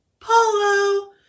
Polo